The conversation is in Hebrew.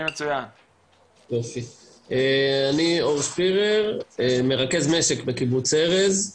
אני אור שפירר, מרכז משק בקיבוץ ארז.